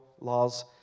laws